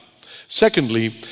Secondly